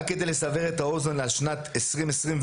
רק כדי לסבר את האוזן על שנת 2021,